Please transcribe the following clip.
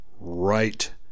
right